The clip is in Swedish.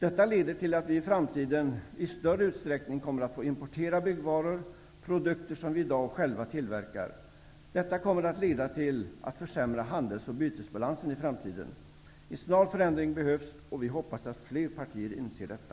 Detta leder till att vi i framtiden i större utsträckning kommer att få importera byggvaror, produkter som vi i dag själva tillverkar. Det kommer att leda till att handels och bytesbalansen försämras i framtiden. En snar förändring behövs, och vi hoppas att fler partier inser detta.